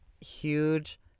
huge